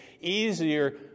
easier